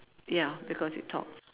ya because it talks